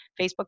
Facebook